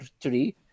three